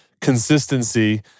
consistency